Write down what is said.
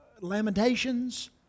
Lamentations